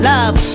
Love